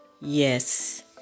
Yes